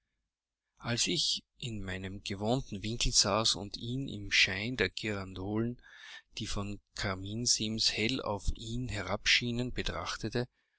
als ich in meinem gewohnten winkel saß und ihn im schein der girandolen die vom kaminsims hell auf ihn herabschienen betrachtete